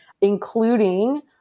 including